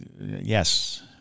yes